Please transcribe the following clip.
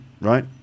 right